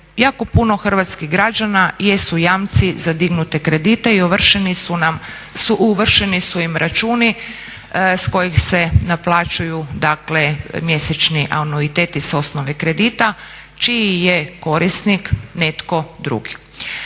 jako puno hrvatskih građana jesu jamci za dignute kredite i ovršeni su im računi s kojih se naplaćuju, dakle mjesečni anuiteti s osnove kredita čiji je korisnik netko drugi.